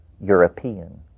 European